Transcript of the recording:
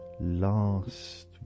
last